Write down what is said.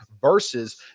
versus